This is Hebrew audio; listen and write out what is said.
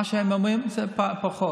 מה שהם אומרים, זה פחות.